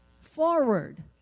forward